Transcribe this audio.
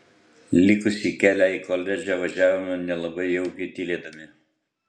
likusį kelią į koledžą važiavome nelabai jaukiai tylėdami